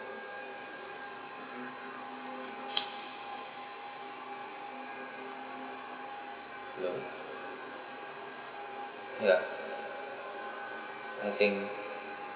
hello ya I think